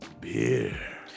beer